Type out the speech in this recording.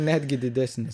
netgi didesnis